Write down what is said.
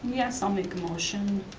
yes, i'll make a motion.